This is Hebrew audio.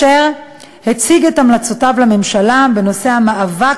והוא הציג את המלצותיו לממשלה בנושא המאבק